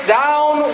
down